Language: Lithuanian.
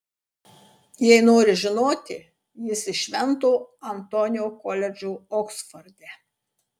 jei nori žinoti jis iš švento antonio koledžo oksforde